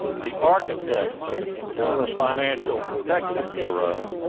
the architect of the consumer financial protection bureau,